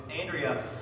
Andrea